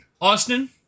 Austin